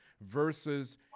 versus